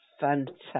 fantastic